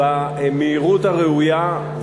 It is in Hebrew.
במהירות הראויה.